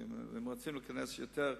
ואם רוצים להיכנס יותר לפרטים,